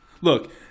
Look